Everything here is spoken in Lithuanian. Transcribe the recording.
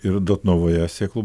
ir dotnuvoje sėklų